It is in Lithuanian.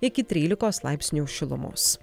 iki trylikos laipsnių šilumos